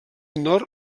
nord